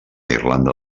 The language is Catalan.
irlanda